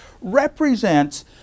represents